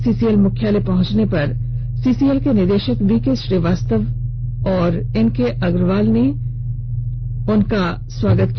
CCL मुख्यालय पहुंचने पर सीसीएल के निदेशक वीके श्रीवास्तव एनके अग्रवाल ने उनका किया